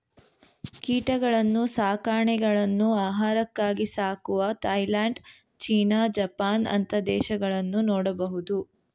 ಕೀಟಗಳನ್ನ್ನು ಸಾಕಾಣೆಗಳನ್ನು ಆಹಾರಕ್ಕಾಗಿ ಸಾಕುವ ಥಾಯಲ್ಯಾಂಡ್, ಚೀನಾ, ಜಪಾನ್ ಅಂತ ದೇಶಗಳನ್ನು ನೋಡಬಹುದು